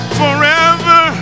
forever